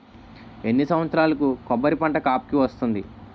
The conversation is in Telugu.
ఎన్ని సంవత్సరాలకు కొబ్బరి పంట కాపుకి వస్తుంది?